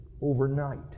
overnight